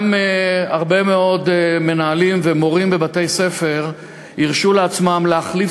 גם הרבה מאוד מנהלים ומורים בבתי-ספר הרשו לעצמם להחליף